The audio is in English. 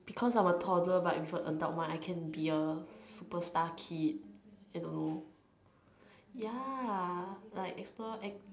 because I'm a toddler but with a adult mind I can be a superstar kid you know ya like explore ex